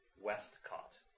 Westcott